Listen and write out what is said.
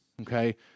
okay